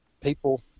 people